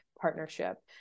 partnership